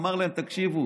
אמר להם: תקשיבו,